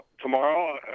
tomorrow